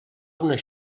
una